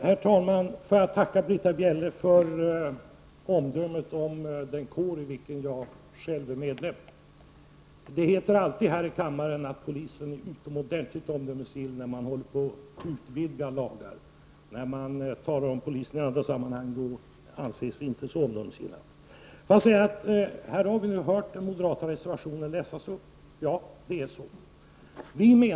Herr talman! Får jag tacka Britta Bjelle för omdömet om den kår i vilken jag själv är medlem. Det heter alltid här i kammaren att polisen är utomordentligt omdömesgill när vi håller på att utvidga lagar. Men i andra sammanhang anses inte polisen särskilt omdömesgill. Vi har här hört den moderata reservationen läsas upp. Ja, det är så.